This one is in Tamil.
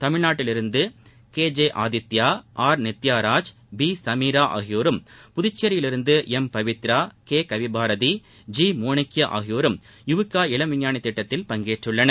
தமிழ்நாட்டிலிருந்து K J Aditya R Nithyaraj P Sumeera ஆகியோரும் புதுச்சேரியிலிருந்து M Pavithra K Kavibharathi G Molika ஆகியோரம் யுவிகா இளம் விஞ்ஞானி திட்டத்தில் பங்கேற்றுள்ளனர்